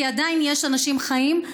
כי עדיין יש אנשים חיים.